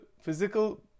physical